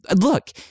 Look